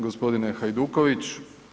Gospodine Hajduković.